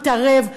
יתערב.